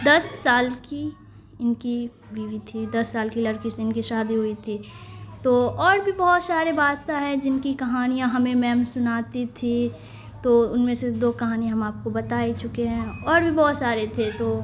دس سال کی ان کی بیوی تھی دس سال کی لڑکی سے ان کی شادی ہوئی تھی تو اور بھی بہت سارے بادشاہ ہیں جن کی کہانیاں ہمیں مم سناتی تھی تو ان میں سے دو کہانییاں ہم آپ کو بتا ہی چکے ہیں اور بھی بہت سارے تھے تو